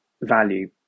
Value